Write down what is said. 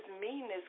meanness